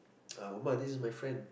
uh omma this is my friend